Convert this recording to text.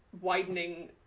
widening